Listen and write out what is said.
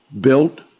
built